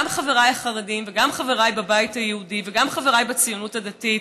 גם חבריי החרדים וגם חבריי בבית היהודי וגם חבריי בציונות הדתית: